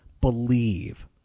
believe